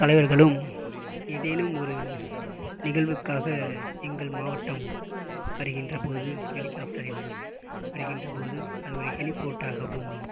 தலைவர்களும் ஏதேனும் ஒரு நிகழ்வுக்காக எங்கள் மாவட்டம் வருகின்ற போது ஹெலிகாப்டரில் வருகின்ற போது அது ஒரு ஹெலிபோர்ட்டாகவும்